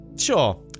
sure